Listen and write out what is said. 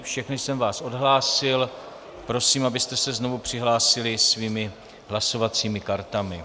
Všechny jsem vás odhlásil, prosím, abyste se znovu přihlásili svými hlasovacími kartami.